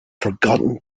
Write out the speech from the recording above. forgotten